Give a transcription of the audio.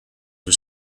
was